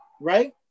right